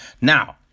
Now